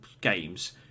games